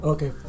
Okay